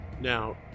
Now